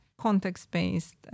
context-based